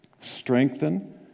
strengthen